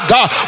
God